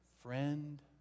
friend